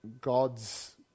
God's